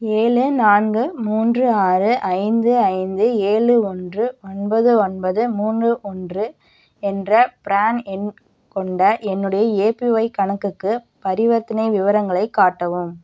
ஏலு நான்கு மூன்று ஆறு ஐந்து ஐந்து ஏலு ஒன்று ஒன்பது ஒன்பது மூன்று ஒன்று என்ற ப்ரான் எண் கொண்ட என்னுடைய ஏபிஒய் கணக்குக்கு பரிவர்த்தனை விவரங்களைக் காட்டவும்